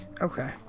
Okay